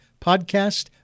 podcast